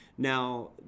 Now